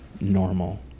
normal